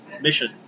mission